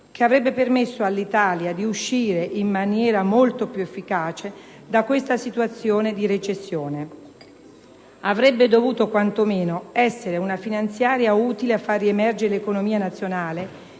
che avrebbe permesso all'Italia di uscire in maniera molto più efficace da questa situazione di recessione. Avrebbe dovuto quantomeno essere una finanziaria utile a far riemergere l'economia nazionale,